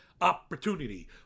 opportunity